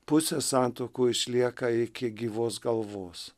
pusė santuokų išlieka iki gyvos galvos